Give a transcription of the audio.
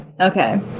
Okay